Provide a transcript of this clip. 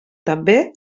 també